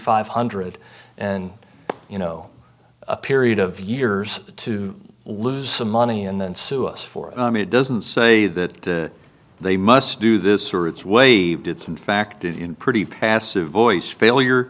five hundred and you know a period of years to lose some money and then sue us for it doesn't say that they must do this or it's waived it's in fact in pretty passive voice failure